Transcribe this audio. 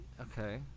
Okay